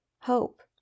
hope